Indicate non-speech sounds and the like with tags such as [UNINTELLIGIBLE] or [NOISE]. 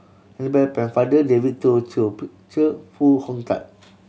[UNINTELLIGIBLE] Pennefather David [UNINTELLIGIBLE] Foo Hong Tatt